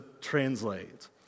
translate